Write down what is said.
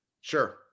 Sure